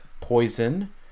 poison